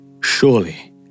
Surely